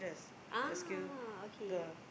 ah okay